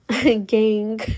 gang